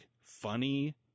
funny